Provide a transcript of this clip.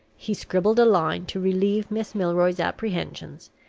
he scribbled a line to relieve miss milroy's apprehensions,